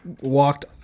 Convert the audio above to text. walked